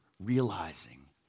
Realizing